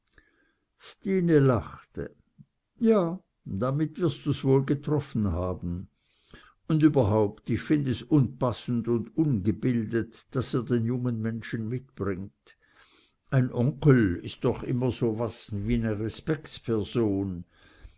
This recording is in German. lachte ja damit wirst du's wohl getroffen haben und überhaupt ich find es unpassend und ungebildet daß er den jungen menschen mitbringt ein onkel ist doch immer so was wie ne respektsperson